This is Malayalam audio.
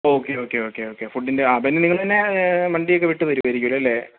ഓക്കെ ഓക്കെ ഓക്കെ ഓക്കെ ഫുഡിൻ്റെ അതിന് നിങ്ങൾ തന്നെ വണ്ടിയൊക്കെ വിട്ടു തരുവായിരിക്കുമല്ലോ അല്ലേ